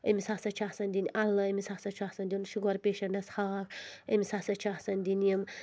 أمِس ہسا چھُ آسان دِنۍ اَلہٕ أمِس ہسا چھُ آسان دِیُن شُگر پیشَنٹَس ہاکھ أمِس ہسا چھُ آسان دِنۍ یِم